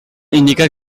indica